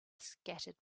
scattered